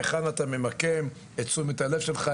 היכן אתה ממקם את תשומת הלב שלך,